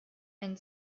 einen